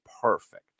perfect